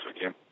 again